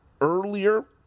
earlier